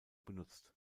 benutzt